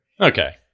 Okay